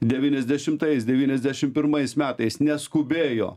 devyniasdešimtais devyniasdešim pirmais metais neskubėjo